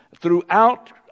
throughout